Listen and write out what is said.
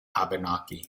abenaki